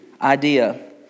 idea